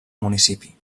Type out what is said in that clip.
municipi